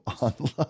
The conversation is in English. online